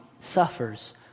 suffers